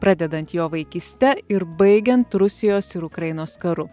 pradedant jo vaikyste ir baigiant rusijos ir ukrainos karu